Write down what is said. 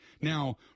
Now